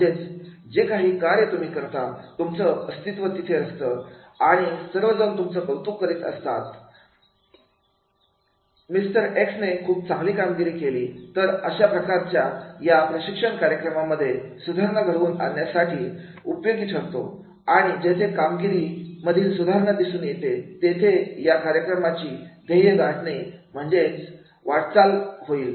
म्हणजेच जे काही कार्य तुम्ही करता तुमचं अस्तित्व तिथे दिसतं आणि सर्वजण तुमचं कौतुक करत असतात मिस्टर देखने खूप चांगली कामगिरी केली तर अशा प्रकारांमध्ये हा प्रशिक्षण कार्यक्रम कामगिरीमध्ये सुधारणा घडवून आणण्यासाठी उपयोगी ठरतो आणि जेथे कामगिरी मधील सुधारणा दिसून येते तेथे या कार्यक्रमाची ध्येय गाठणे मध्ये वाटचाल होईल